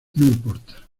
importa